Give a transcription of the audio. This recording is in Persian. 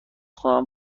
خواهم